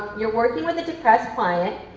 you're working with a depressed client,